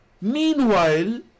Meanwhile